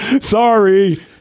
Sorry